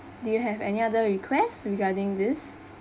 do you have any other request regarding this